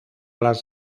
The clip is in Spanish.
las